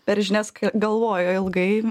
per žinias ka galvojo ilgai